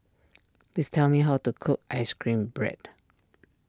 please tell me how to cook Ice Cream Bread